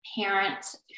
parents